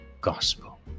gospel